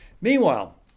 Meanwhile